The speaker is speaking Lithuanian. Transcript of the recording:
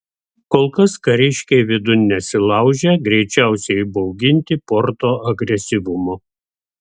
kol kas kariškiai vidun nesilaužė greičiausiai įbauginti porto agresyvumo